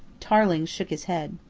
tarling shook his head.